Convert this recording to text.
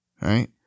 right